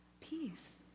peace